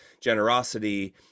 generosity